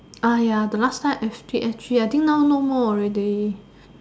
ah ya the last time active S_G I think now no more already